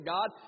God